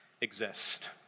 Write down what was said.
Exist